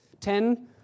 Ten